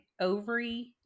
ovary